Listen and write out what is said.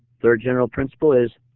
third general principle is,